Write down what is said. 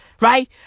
right